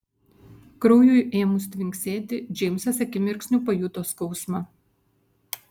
kraujui ėmus tvinksėti džeimsas akimirksniu pajuto skausmą